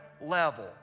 level